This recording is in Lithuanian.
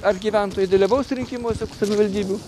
ar gyventojai dalyvaus rinkimuose savivaldybių